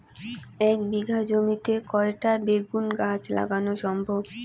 এক বিঘা জমিতে কয়টা বেগুন গাছ লাগানো সম্ভব?